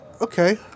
Okay